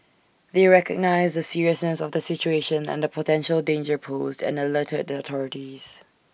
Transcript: they recognised the seriousness of the situation and the potential danger posed and alerted the authorities